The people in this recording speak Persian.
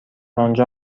آنجا